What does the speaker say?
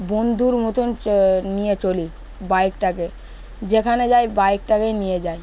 বন্ধুর মতন চ নিয়ে চলি বাইকটাকে যেখানে যাই বাইকটাকেই নিয়ে যাই